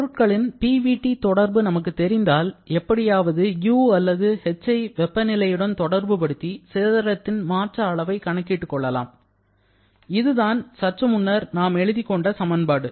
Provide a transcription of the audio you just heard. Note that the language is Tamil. பொருட்களின் PVT தொடர்பு நமக்கு தெரிந்தால் எப்படியாவது u அல்லது hஐ வெப்பநிலையுடன் தொடர்புபடுத்தி சிதறத்தின் மாற்ற அளவை கணக்கிட்டு கொள்ளலாம் இதுதான் சற்றுமுன்னர் நாம் எழுதிக் கொண்ட சமன்பாடு